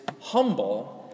humble